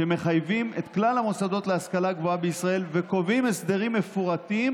שמחייבים את כלל המוסדות להשכלה גבוהה בישראל וקובעים הסדרים מפורטים